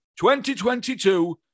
2022